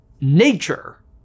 nature